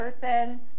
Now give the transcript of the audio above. person